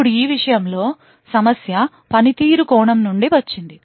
ఇప్పుడు ఈ విషయంతో సమస్య పనితీరు కోణం నుండి వచ్చింది